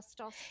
testosterone